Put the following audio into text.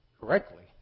correctly